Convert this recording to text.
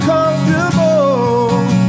Comfortable